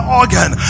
organ